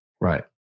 Right